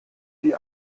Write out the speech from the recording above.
die